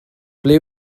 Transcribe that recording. ble